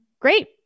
great